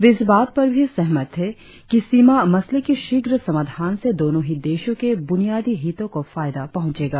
वे इस बात पर भी सहमत थे कि सीमा मसले के शीघ्र समाधान से दोनो ही देशों के बुनियादी हितों को फायदा पहुचेगा